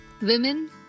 women